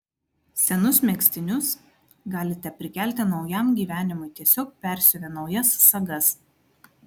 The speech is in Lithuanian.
senus megztinius galite prikelti naujam gyvenimui tiesiog persiuvę naujas sagas